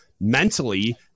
mentally